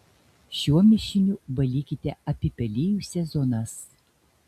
šiuo mišiniu valykite apipelijusias zonas